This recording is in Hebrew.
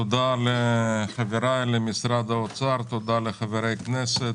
תודה לחבריי למשרד האוצר, תודה לחברי הכנסת.